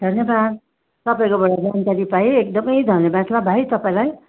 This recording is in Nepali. धन्यवाद तपाईँकोबाट जानकारी पाएँ एकदमै धन्यवाद ल भाइ तपाईँलाई